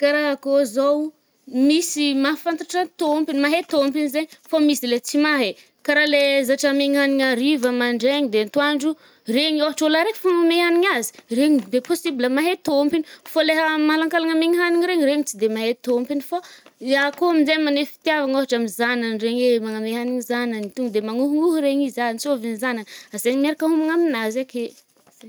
Karaha akôho zao misy mahafantatra tômpony, mahay tômpony zay. Fô misy le tsy mahay. karaha le zatra mihina hanigny ariva, mandraigny de atoandro. Regny ôhatra ôlo araiky fô manome hanigny azy, regny de possible mahay tômpiny. Fô le malankalagna amegna hanigny regny, regny tsy de mahay tômpiny fô le akôho amin'jay maneho fitiavagna ôhatra amy zanagny regny e magname hanigny zanany, tonga de manohonoho regny izy, antsôviny zanany, asaigny miaraka hômagna aminazy ake.